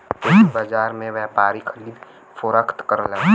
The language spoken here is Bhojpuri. कृषि बाजार में व्यापारी खरीद फरोख्त करलन